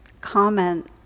comment